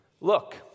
Look